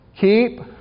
Keep